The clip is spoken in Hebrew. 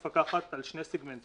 מפקחת היום על שני סגמנטים.